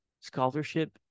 scholarship